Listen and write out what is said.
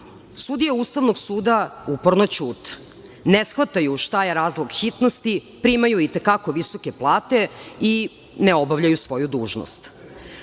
dato. Sudije Ustavnog suda uporno ćute, ne shvataju šta je razlog hitnosti, primaju i te kako visoke plate i ne obavljaju svoju dužnost.